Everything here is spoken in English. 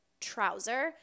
trouser